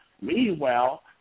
Meanwhile